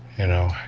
you know,